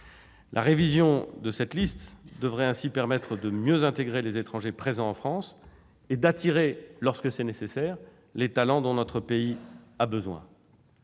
La révision de cette liste devrait ainsi permettre de mieux intégrer les étrangers présents en France et d'attirer, lorsque c'est nécessaire, les talents dont notre pays a besoin.